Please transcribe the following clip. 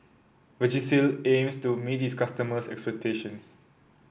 Vagisil aims to meet its customers' expectations